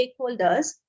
stakeholders